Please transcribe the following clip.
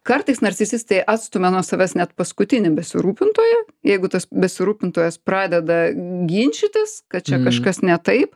kartais narcisistai atstumia nuo savęs net paskutinį besirūpintoją jeigu tas besirūpintojas pradeda ginčytis kad čia kažkas ne taip